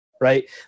right